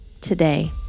today